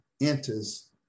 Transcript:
enters